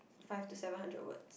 five to seven hundred words